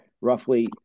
roughly